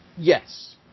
Yes